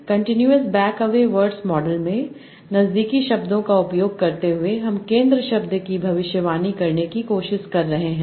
continuous bag of words model में नज़दीकी शब्दों का उपयोग करते हुए हम केंद्र शब्द की भविष्यवाणी करने की कोशिश कर रहे हैं